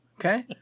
okay